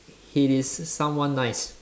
he is someone nice